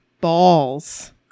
balls